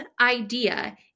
idea